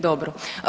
Dobro.